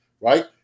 right